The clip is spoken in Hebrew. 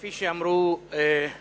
כפי שאמרו חברי,